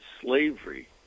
slavery